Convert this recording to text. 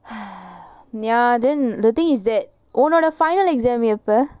ya then the thing is that ஒன்னோட:onnoda final exam எப்ப:eppa